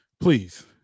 Please